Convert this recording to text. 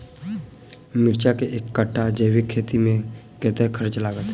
मिर्चा केँ एक कट्ठा जैविक खेती मे कतेक खर्च लागत?